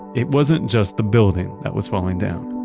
it wasn't just the building that was falling down.